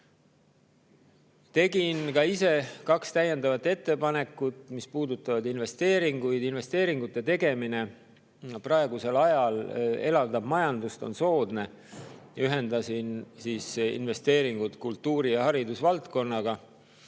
Tegin ka ise kaks täiendavat ettepanekut, mis puudutavad investeeringuid. Investeeringute tegemine praegusel ajal elavdab majandust, on soodne. Ühendasin investeeringud kultuuri- ja haridusvaldkonnaga.